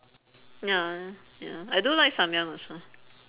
ya ya I do like samyang also